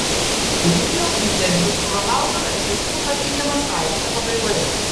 video interviu su ronaldu račinsku pateikiamas straipsnio pabaigoje